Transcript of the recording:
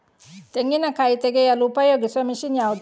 ತೆಂಗಿನಕಾಯಿ ತೆಗೆಯಲು ಉಪಯೋಗಿಸುವ ಮಷೀನ್ ಯಾವುದು?